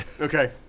okay